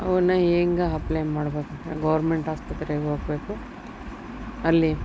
ಅವನ್ನ ಹೆಂಗ ಅಪ್ಲೈ ಮಾಡಬೇಕಪ್ಪ ಗೋರ್ಮೆಂಟ್ ಆಸ್ಪತ್ರೆಗೆ ಹೋಗ್ಬೇಕು ಅಲ್ಲಿ